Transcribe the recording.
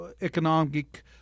economic